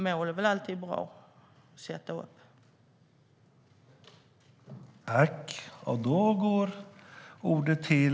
Det är väl alltid bra att sätta upp mål.